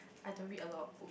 I don't read a lot of books